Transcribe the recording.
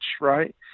right